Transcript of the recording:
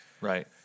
right